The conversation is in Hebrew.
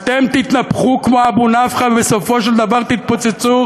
אתם תתנפחו כמו אבו נפחא ובסופו של דבר תתפוצצו,